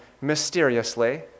mysteriously